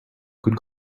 could